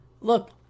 look